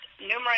numerous